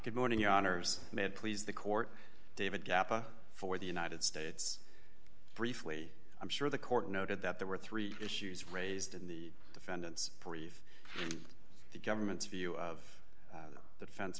good morning your honour's may please the court david gappah for the united states briefly i'm sure the court noted that there were three issues raised in the defendant's brief the government's view of the defen